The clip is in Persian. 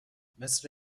مثل